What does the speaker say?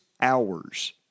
hours